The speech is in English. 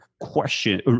question